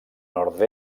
nord